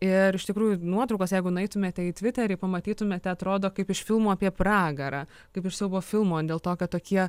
ir iš tikrųjų nuotraukos jeigu nueitumėte į tviterį pamatytumėte atrodo kaip iš filmo apie pragarą kaip iš siaubo filmo dėl to kad tokie